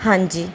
ਹਾਂਜੀ